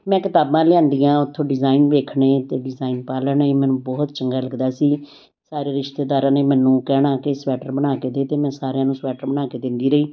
ਮੈਂ ਕਿਤਾਬਾਂ ਲਿਆਂਦੀਆਂ ਉੱਥੋਂ ਡਿਜ਼ਾਇਨ ਵੇਖਣੇ ਅਤੇ ਡਿਜ਼ਾਇਨ ਪਾ ਲੈਣੇ ਮੈਨੂੰ ਬਹੁਤ ਚੰਗਾ ਲੱਗਦਾ ਸੀ ਸਾਰੇ ਰਿਸ਼ਤੇਦਾਰਾਂ ਨੇ ਮੈਨੂੰ ਕਹਿਣਾ ਕਿ ਸਵੈਟਰ ਬਣਾ ਕੇ ਦੇ ਅਤੇ ਮੈਂ ਸਾਰਿਆਂ ਨੂੰ ਸਵੈਟਰ ਬਣਾ ਕੇ ਦਿੰਦੀ ਰਹੀ